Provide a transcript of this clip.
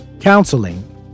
counseling